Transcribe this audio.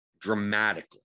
Dramatically